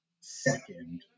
second